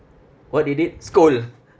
what they did scold